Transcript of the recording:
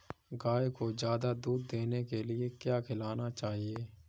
गाय को ज्यादा दूध देने के लिए क्या खिलाना चाहिए?